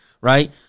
Right